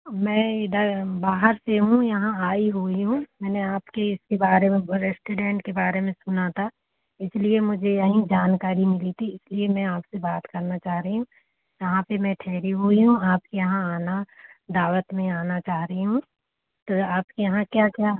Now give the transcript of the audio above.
मैं इधर बाहर से हूँ यहाँ आई हुई हूँ मैंने आपके इसके बारे में रेस्टोरेंट के बारे में सुना था इसलिए मुझे यहीं जानकारी मिली थी इसलिए मैं आपसे बात करना चाह रही हूँ यहाँ पे मैं ठहरी हुई हूँ आपके यहाँ आना दावत में आना चाह रही हूँ तो आपके यहाँ क्या क्या